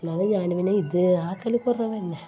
ഞാൻ പിന്നെ ഇത് ആക്കൽ കുറവ് തന്നെ